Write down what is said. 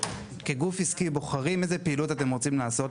כגוף עסקי אתם בוחרים איזה פעילויות אתם רוצים לעשות.